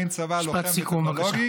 בין צבא לוחם וטכנולוגי,